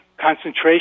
concentration